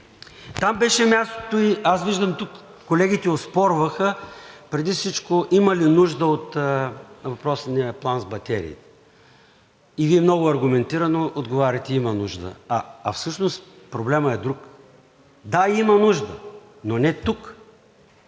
Там беше мястото. Аз виждам, тук колегите оспорваха преди всичко има ли нужда от въпросния план с батерии и Вие много аргументирано отговаряте: има нужда. А всъщност проблемът е друг – да, има нужда, но не тук,